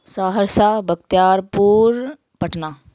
Saharsa Bakhtiyarpur Patna